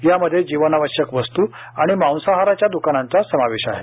यामध्ये जीवनावश्यक वस्त् आणि मांसाहाराच्या द्कानांचा समावेश आहे